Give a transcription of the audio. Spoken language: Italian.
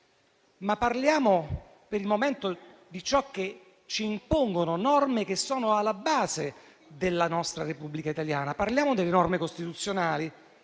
Parliamo per il momento di ciò che ci impongono norme che sono alla base della nostra Repubblica italiana. Parliamo delle norme costituzionali;